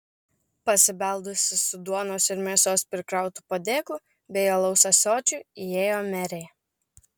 pasibeldusi su duonos ir mėsos prikrautu padėklu bei alaus ąsočiu įėjo merė